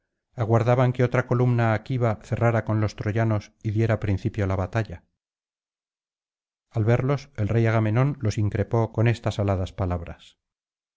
aguardaban que otra columna aquiva cerrara con los troyanos y diera principio la batalla al verlos el rey agamenón los increpó con estas aladas palabras